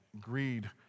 greed